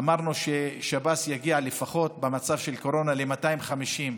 אמרנו ששב"ס יגיע במצב של קורונה ל-250 לפחות.